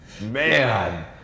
man